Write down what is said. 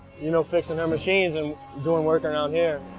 you know, fixing her machines and doing work um down here.